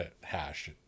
hash